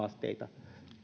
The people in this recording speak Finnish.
haasteita